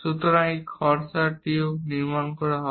সুতরাং একটি খসড়া টিউব নির্মাণ করা হবে